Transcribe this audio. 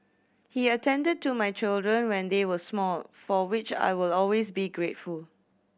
he attended to my children when they were small for which I will always be grateful